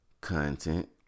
content